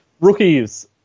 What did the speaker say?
Rookies